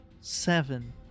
seven